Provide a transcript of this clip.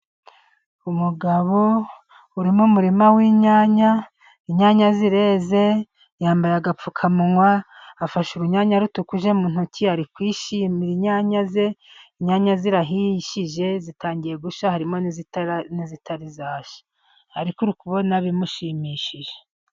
Umugabo uri mu murima w'inyanya. Inyanya zireze. Yambaye agapfukamunwa, afashe urunyanya rutukuje mu ntoki, ari kwishimira inyanya ze. Inyanya zirahishije zitangiye gushya, harimo n'izitari zashya, ariko uri kubona bimushimishije.